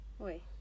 Oui